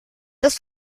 des